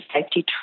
safety